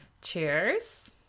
Cheers